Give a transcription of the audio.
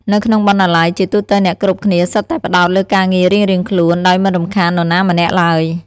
នៅក្នុងបណ្ណាល័យ ជាទូទៅអ្នកគ្រប់គ្នាសុទ្ធតែផ្តោតលើការងាររៀងៗខ្លួនដោយមិនរំខាននរណាម្នាក់ឡើយ។